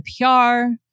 NPR